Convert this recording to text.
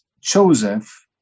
Joseph